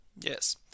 Yes